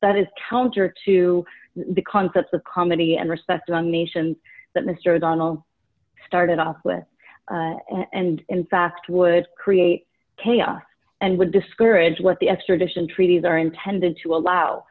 that is counter to the concepts of comedy and respect among nations that mr o'donnell started off with and in fact would create chaos and would discourage what the extradition treaties are intended to allow